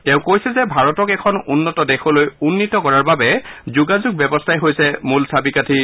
তেওঁ কৈছে যে ভাৰতক এখন উন্নত দৈশলৈ উন্নিত কৰাৰ বাবে যোগাযোগ ব্যৱস্থাই হৈছে মূল চাবি কাঠি